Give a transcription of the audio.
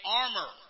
armor